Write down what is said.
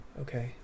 okay